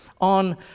on